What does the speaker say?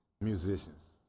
musicians